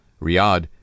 Riyadh